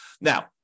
Now